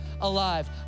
alive